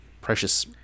precious